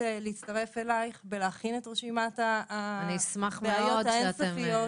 להצטרף אלייך ולהכין את רשימת הבעיות האין-סופיות.